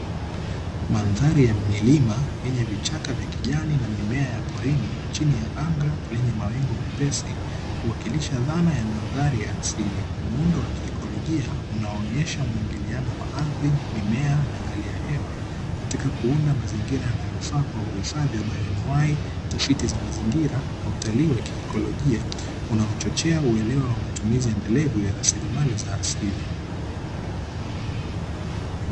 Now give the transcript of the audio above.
Madhari ya mazingira ilio na vichaka vya kijani, Mimea ya polini chini ya mbanga lenye magugu mepesi yakiwakilisha Dhana ya madhari ya asili. Muundo wa kiikolojia unaonesha unaonesha muingiliano wa ardhi pamoja na mimea katika kuunda mazingira yanayofaa kwa ajiri ya kuhifadhi binadamu hai tafiti Inaonesha mazingira ya kiikolojia inachochea Uendelevu wa lasilimali ya uoto wa asili